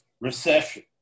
recession